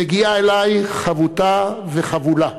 מגיעה אלי חבוטה וחבולה,